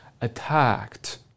attacked